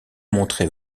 montrée